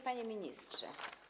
Panie Ministrze!